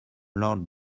lord